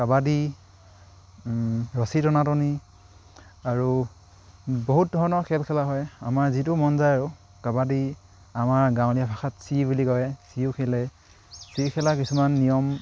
কাবাডী ৰছী টনাটনি আৰু বহুত ধৰণৰ খেল খেলা হয় আমাৰ যিটো মন যায় আৰু কাবাডী আমাৰ গাঁৱলীয়া ভাষাত চি বুলি কয় চিও খেলে চি খেলা কিছুমান নিয়ম